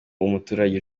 umuturage